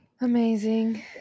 Amazing